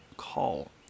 call